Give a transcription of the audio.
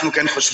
אנחנו כן חושבים,